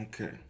Okay